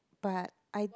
but I